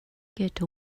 get